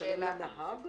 לשלם לנהג?